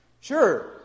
Sure